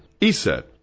ESET